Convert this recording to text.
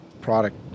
product